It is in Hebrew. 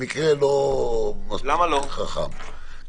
במקרה לא מספיק חכם,